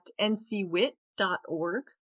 ncwit.org